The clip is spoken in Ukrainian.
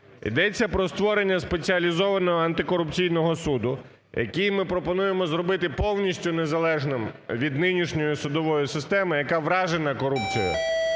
Йдеться про створення спеціалізованого антикорупційного суду, який ми пропонуємо зробити повністю незалежним від нинішньої судової системи, яка вражена корупцією